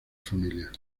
familia